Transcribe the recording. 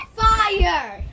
fire